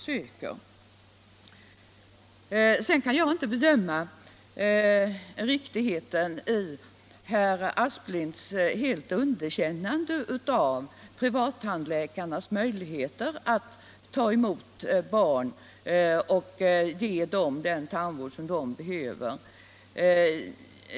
Sedan kan jag inte bedöma riktigheten i herr Asplings underkännande av privattandläkarnas möjligheter att ta emot barn och ge dem den tandvård som de behöver.